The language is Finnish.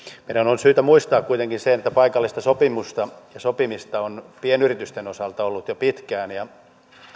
meidän on syytä muistaa kuitenkin se että paikallista sopimista on pienyritysten osalta ollut jo pitkään ja